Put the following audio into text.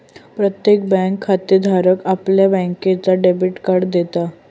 प्रत्येक बँक खातेधाराक आपल्या बँकेचा डेबिट कार्ड देता